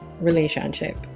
relationship